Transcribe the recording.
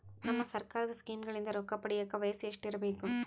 ನಮ್ಮ ಸರ್ಕಾರದ ಸ್ಕೀಮ್ಗಳಿಂದ ರೊಕ್ಕ ಪಡಿಯಕ ವಯಸ್ಸು ಎಷ್ಟಿರಬೇಕು?